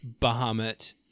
Bahamut